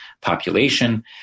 population